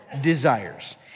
desires